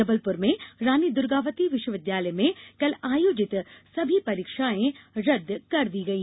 जबलपुर में रानी दुर्गावती विश्वविद्यालय में कल आयोजित सभी परीक्षाएं रद्द कर दी गयी